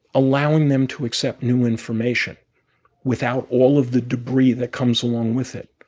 allowing them to accept new information without all of the debris that comes along with it.